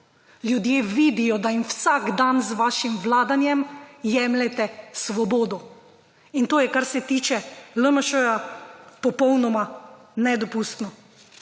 Ljudje vidijo, da jim vsak dan z vašim vladanjem jemljete svobodo. In to je, kar se tiče LMŠ, popolnoma nedopustno.